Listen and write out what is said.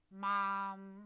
mom